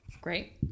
Great